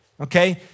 okay